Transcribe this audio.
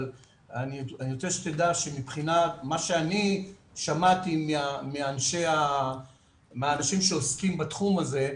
אבל אני רוצה שתדע שמבחינת מה שאני שמעתי מאנשים שעוסקים בתחום הזה,